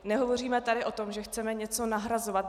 Nehovoříme tady o tom, že chceme něco nahrazovat.